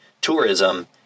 tourism